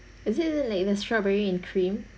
is it like the strawberry and cream